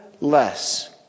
less